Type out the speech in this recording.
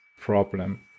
problem